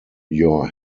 your